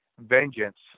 vengeance